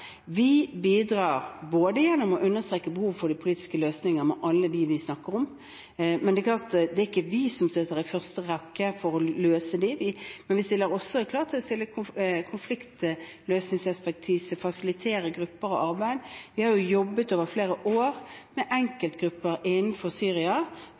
Vi bidrar gjennom å understreke behov for de politiske løsningene med alle dem vi snakker om, men det er klart: Det er ikke vi som sitter i første rekke for å løse dette. Men vi stiller med konfliktløsningsekspertise, vi fasiliterer grupper og arbeid. Vi har jo jobbet over flere år med enkeltgrupper innenfor Syria